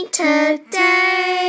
today